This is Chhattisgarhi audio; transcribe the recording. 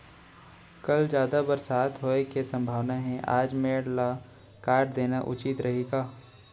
कल जादा बरसात होये के सम्भावना हे, आज मेड़ ल काट देना उचित रही का?